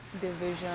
division